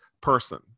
person